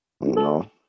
No